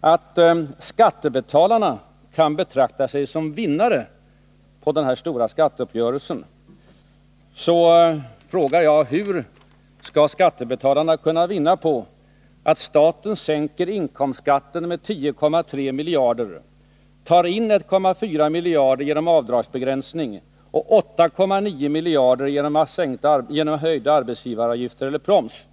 att skattebetalarna kan betrakta sig som vinnare på den stora skatteuppgörelsen, så frågar jag: Hur skall skattebetalarna kunna vinna på att staten sänker inkomstskatten med 10,3 miljarder och tar in 1,4 miljarder genom avdragsbegränsning och 8,9 miljarder genom höjda arbetsgivaravgifter eller proms?